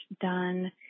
done